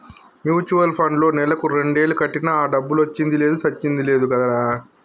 mutual పండ్లో నెలకు రెండేలు కట్టినా ఆ డబ్బులొచ్చింది లేదు సచ్చింది లేదు కదరా